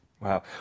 Wow